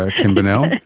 ah kim bennell!